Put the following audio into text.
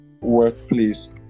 workplace